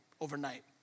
overnight